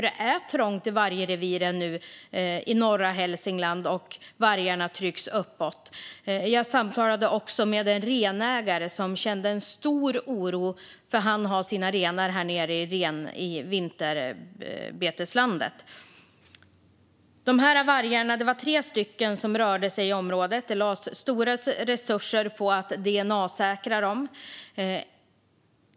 Det är trångt i vargreviren nu i norra Hälsingland, och vargarna trycks uppåt. Jag samtalade också med en renägare som kände stor oro då han har sina renar där nere i vinterbeteslandet. Det är tre vargar som har rört sig i området, och stora resurser har lagts på att dna-säkra dem.